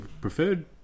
preferred